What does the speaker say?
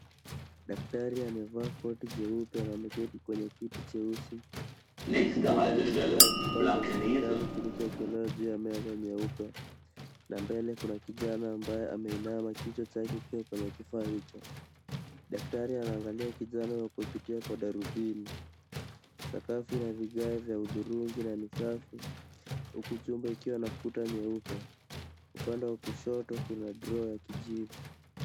Daktari amevaa koti jeupe na ameketi kwenye kiti cheusi huku mbele yake kukiwa na kifaa cha hospitali kilichowekelewa juu ya meza jeupe na mbele kuna kijana ambaye ameinama kichwa chake kikiwa kwenye kifaa hicho. Daktari anaangalia kijana kupitia kwa darubini. Sakafu ina vigae vya hudhurungi na ni safi huku chumba ikiwa na kuta nyeupe. Upande wa kushoto kuna droo ya kijivu.